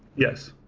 yes.